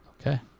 Okay